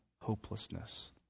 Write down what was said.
hopelessness